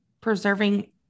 preserving